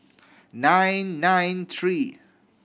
nine nine three